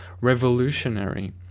revolutionary